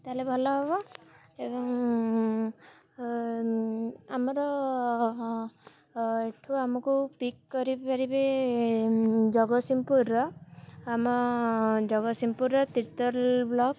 ତା'ହେଲେ ଭଲ ହବ ଏବଂ ଆମର ଏଠୁ ଆମକୁ ପିକ୍ କରିପାରିବେ ଜଗତସିଂହପୁରର ଆମ ଜଗତସିଂହପୁରର ତିର୍ତଲ ବ୍ଲକ